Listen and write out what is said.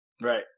right